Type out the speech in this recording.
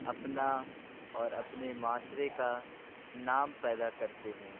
اپنا اور اپنے معاشرے کا نام پیدا کرتے ہیں